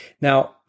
Now